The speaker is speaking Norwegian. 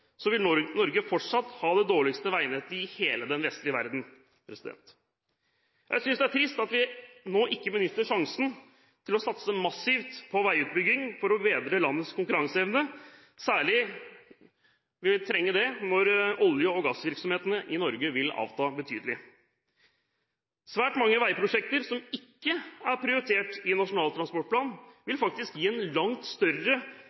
vil Norge fortsatt ha det dårligste veinettet i hele den vestlige verden. Jeg synes det er trist at vi nå ikke benytter sjansen til å satse massivt på veiutbygging for å bedre landets konkurranseevne. Særlig vil vi trenge det når olje- og gassvirksomheten i Norge avtar betydelig. Svært mange veiprosjekter som ikke er prioritert i Nasjonal transportplan, vil faktisk gi en langt større